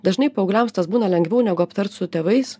dažnai paaugliams tas būna lengviau negu aptart su tėvais